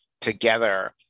together